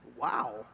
Wow